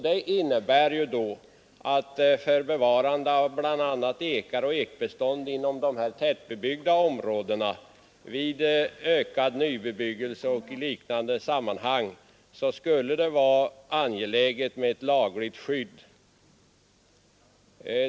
Det innebär att det för bevarande av bl.a. ekar och ekbestånd inom tätbebyggda områden vid ökad bebyggelse och i liknande sammanhang skulle vara angeläget med ett lagligt skydd.